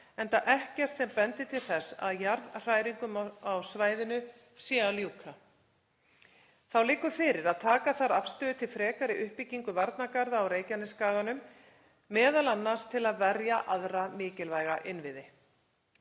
enda ekkert sem bendir til þess að jarðhræringum á svæðinu sé að ljúka. Þá liggur fyrir að taka þarf afstöðu til frekari uppbyggingar varnargarða á Reykjanesskaganum, m.a. til að verja aðra mikilvæga innviði.